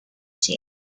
sheep